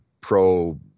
pro